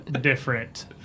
different